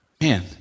Man